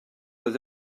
oedd